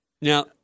Now